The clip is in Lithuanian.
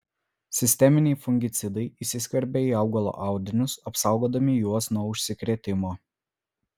sisteminiai fungicidai įsiskverbia į augalo audinius apsaugodami juos nuo užsikrėtimo